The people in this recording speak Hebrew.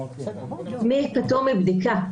מי פטור מבדיקה.